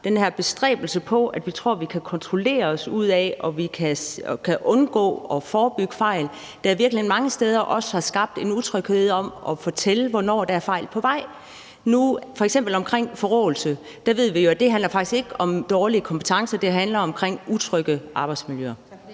den her bestræbelse, der handler om, at vi tror, vi kan kontrollere os ud af det og undgå og forebygge fejl, der i virkeligheden mange steder også har skabt en utryghed i forhold til at fortælle, hvornår der er fejl på vej. F.eks. omkring forråelse ved vi, at det faktisk ikke handler om dårlige kompetencer. Det handler om utrygge arbejdsmiljøer.